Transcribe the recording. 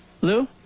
Lou